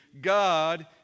God